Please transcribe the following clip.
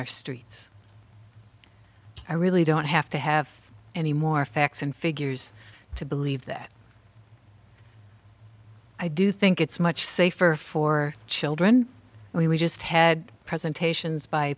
our streets i really don't have to have any more facts and figures to believe that i do think it's much safer for children we just had presentations by